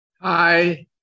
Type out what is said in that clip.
Hi